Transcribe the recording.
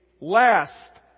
last